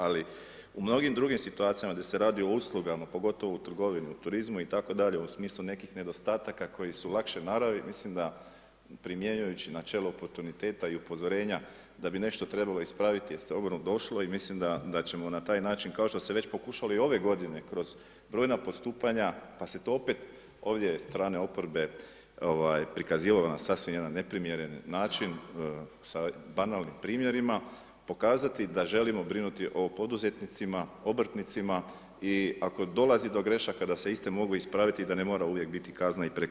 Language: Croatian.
Ali, u mnogim drugim situacijama gdje se radi o uslugama, pogotovo u trgovini, u turizmu i tako dalje, u smislu nekih nedostataka koji su lakše naravi mislim da primjenjujući načelo oportuniteta i upozorenja da bi nešto trebalo ispraviti je dobro došlo i mislim da ćemo na taj način, kao što se već pokušalo i ove godine kroz brojna postupanja, pa se to opet ovdje od strane oporbe prikazivalo na sasvim jedan neprimjeren način sa banalnim primjerima, pokazati da želimo brinuti o poduzetnicima, obrtnicima i ako dolazi do grešaka da se iste mogu ispraviti i da ne mora uvijek biti kazna i prekršaj taj koji to rješava.